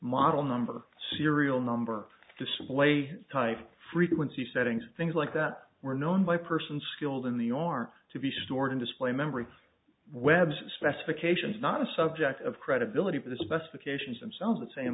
model number serial number display type frequency settings things like that were known by persons skilled in the arm to be stored in display memory webs specifications not a subject of credibility for the specifications themselves that say in